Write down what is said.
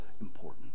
important